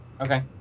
Okay